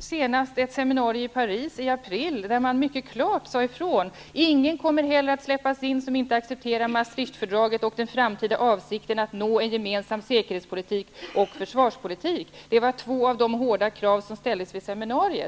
senast i april ett seminarium i Paris, där det mycket klart sades ifrån: Ingen kommer att släppas in som inte accepterar Maastricht-fördraget och den framtida avsikten att nå en gemensam säkerhetspolitik och försvarspolitik. Det var två av de hårda krav som ställdes vid seminariet.